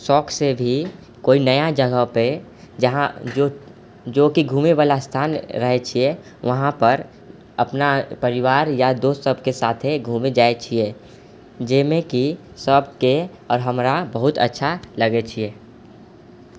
सौखसँ भी कोइ नया जगह पर जहाँ जो जो कि घुमैवला स्थान रहै छियै वहां पर अपना परिवार या दोस्त सबके साथे घुमै जाइ छियै जाहिमे कि सबके आओर हमरा बहुत अच्छा लगै छियै